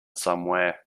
somewhere